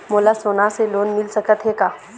मोला सोना से लोन मिल सकत हे का?